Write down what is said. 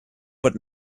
but